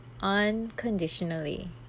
unconditionally